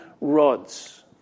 rods